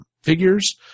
figures